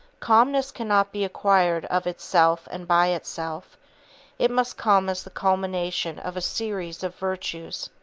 calmness cannot be acquired of itself and by itself it must come as the culmination of a series of virtues.